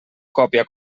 còpia